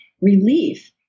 relief